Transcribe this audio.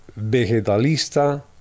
vegetalista